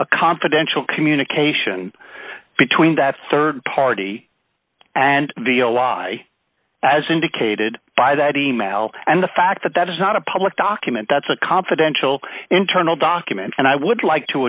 a confidential communication between that rd party and v o y as indicated by that e mail and the fact that that is not a public document that's a confidential internal document and i would like to